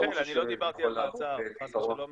מיכאל, אני לא דיברתי על מעצר, חס ושלום.